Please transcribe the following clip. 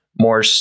more